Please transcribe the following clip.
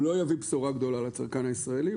הוא לא יביא בשורה גדולה לצרכן הישראלי,